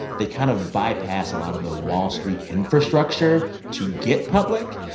they kind of bypassed a lot of the wall street infrastructure to get public.